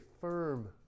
firm